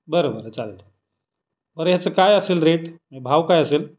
बरं बरं चालेल बरं ह्याचं काय असेल रेट मग भाव काय असेल